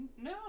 No